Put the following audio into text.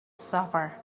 suffer